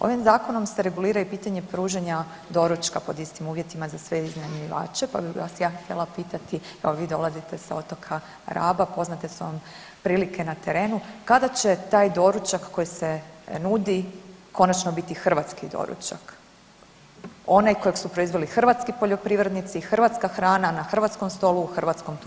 Ovim zakonom se regulira i pitanje pružanja doručka pod istim uvjetima za sve iznajmljivače pa bi vas ja htjela pitati, evo vi dolazite sa otoka Raba, poznate su vam prilike na terenu, kada će taj doručak koji se nudi konačno biti hrvatski doručak, onaj kojeg su proizveli hrvatski poljoprivrednici, hrvatska hrana na hrvatskom stolu u hrvatskom turizmu?